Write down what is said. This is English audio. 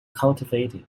cultivated